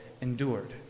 endured